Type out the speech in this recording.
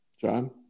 John